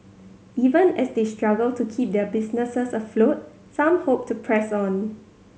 even as they struggle to keep their businesses afloat some hope to press on